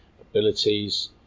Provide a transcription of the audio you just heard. abilities